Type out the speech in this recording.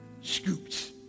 scoops